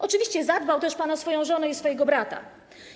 Oczywiście zadbał też pan o swoją żonę i swojego brata.